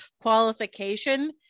qualification